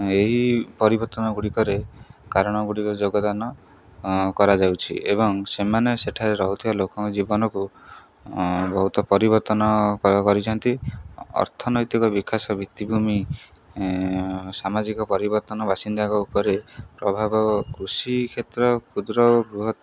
ଏହି ପରିବର୍ତ୍ତନ ଗୁଡ଼ିକରେ କାରଣ ଗୁଡ଼ିକ ଯୋଗଦାନ କରାଯାଉଛି ଏବଂ ସେମାନେ ସେଠାରେ ରହୁଥିବା ଲୋକଙ୍କ ଜୀବନକୁ ବହୁତ ପରିବର୍ତ୍ତନ କ କରିଛନ୍ତି ଅର୍ଥନୈତିକ ବିକାଶ ଭିତ୍ତିଭୂମି ସାମାଜିକ ପରିବର୍ତ୍ତନ ବାସିନ୍ଦାଙ୍କ ଉପରେ ପ୍ରଭାବ କୃଷି କ୍ଷେତ୍ର କ୍ଷୁଦ୍ର ବୃହତ